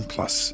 Plus